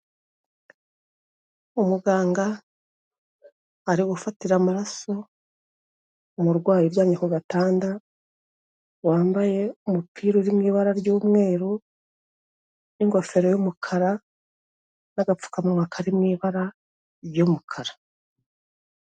Umuganga ari gufatira amaraso, umurwayi uryamye ku gatanda, wambaye umupira uri mu ibara ry'umweru, n'ingofero y'umukara, n'agapfukamunwa kari mu ibara, ry'umukara.